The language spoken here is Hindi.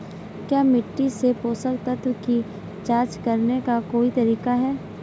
क्या मिट्टी से पोषक तत्व की जांच करने का कोई तरीका है?